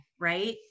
Right